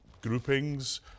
groupings